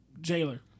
jailer